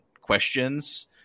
questions